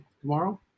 tomorrow